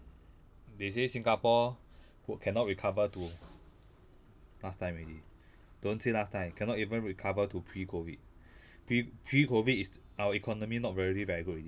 they say singapore w~ cannot recover to last time already don't say last time cannot even recover to pre-COVID pre~ pre-COVID is our economy not very very good already